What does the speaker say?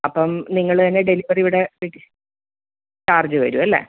അപ്പം നിങ്ങൾ തന്നെ ഡെലിവറി ഇവിടെ ചാർജ് വരും അല്ലേ